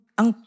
ang